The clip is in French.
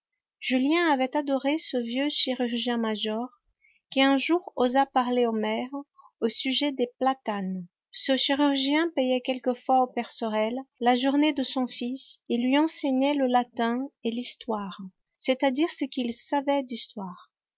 julien avait adoré ce vieux chirurgien-major qui un jour osa parler au maire au sujet des platanes ce chirurgien payait quelquefois au père sorel la journée de son fils et lui enseignait le latin et l'histoire c'est-à-dire ce qu'il savait d'histoire